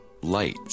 Light